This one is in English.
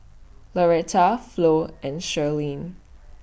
Lauretta Flo and Sherlyn